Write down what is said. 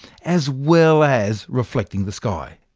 as well as reflecting the sky.